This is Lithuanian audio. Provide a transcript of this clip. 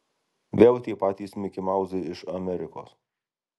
vėl tie patys mikimauzai iš amerikos